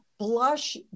blush